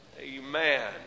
Amen